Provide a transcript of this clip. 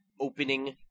opening